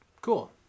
Cool